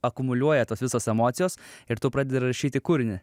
akumuliuoja tos visos emocijos ir tu pradedi rašyti kūrinį